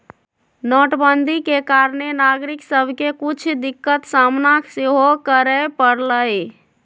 नोटबन्दि के कारणे नागरिक सभके के कुछ दिक्कत सामना सेहो करए परलइ